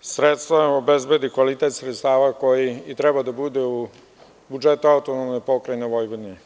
sredstva obezbedi kvalitet sredstava koji treba da budu u budžetu AP Vojvodine.